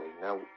now